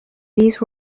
these